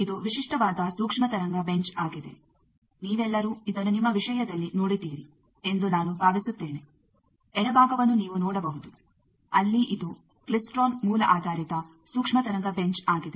ಇದು ವಿಶಿಷ್ಟವಾದ ಸೂಕ್ಷ್ಮ ತರಂಗ ಬೆಂಚ್ ಆಗಿದೆ ನೀವೆಲ್ಲರೂ ಇದನ್ನು ನಿಮ್ಮ ವಿಷಯದಲ್ಲಿ ನೋಡಿದ್ದೀರಿ ಎಂದು ನಾನು ಭಾವಿಸುತ್ತೇನೆ ಎಡಭಾಗವನ್ನು ನೀವು ನೋಡಬಹುದು ಅಲ್ಲಿ ಇದು ಕ್ಲಿಸ್ಟ್ರೋನ್ ಮೂಲ ಆಧಾರಿತ ಸೂಕ್ಷ್ಮ ತರಂಗ ಬೆಂಚ್ ಆಗಿದೆ